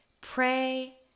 pray